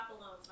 alone